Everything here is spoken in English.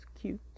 cute